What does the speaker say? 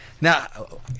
Now